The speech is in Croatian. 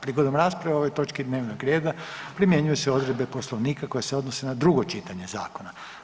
Prigodom rasprave o ovoj točki dnevnog reda primjenjuju se odredbe Poslovnika koje se odnose na drugo čitanje zakona.